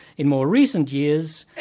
in more recent years,